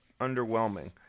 underwhelming